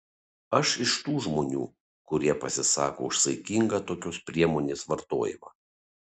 aš iš tų žmonių kurie pasisako už saikingą tokios priemonės vartojimą